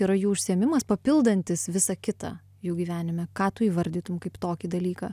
yra jų užsiėmimas papildantis visą kitą jų gyvenime ką tu įvardytum kaip tokį dalyką